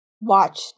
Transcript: watch